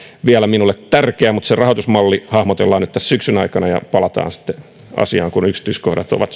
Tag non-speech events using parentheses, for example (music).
minulle tärkeää mutta se rahoitusmalli hahmotellaan nyt tässä syksyn aikana ja palataan sitten asiaan kun yksityiskohdat ovat (unintelligible)